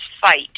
fight